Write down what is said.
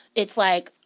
it's like,